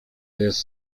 jest